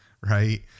Right